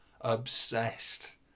Obsessed